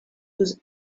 was